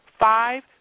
Five